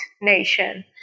nation